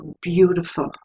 beautiful